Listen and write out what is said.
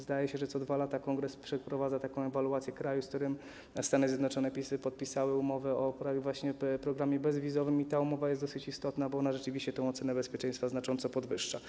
Zdaje się, że co 2 lata Kongres przeprowadza taką ewaluację kraju, z którym Stany Zjednoczone podpisały umowę właśnie o programie bezwizowym, i ta umowa jest dosyć istotna, bo ona rzeczywiście tę ocenę bezpieczeństwa znacząco podwyższa.